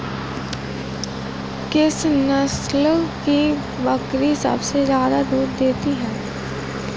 किस नस्ल की बकरी सबसे ज्यादा दूध देती है?